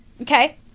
Okay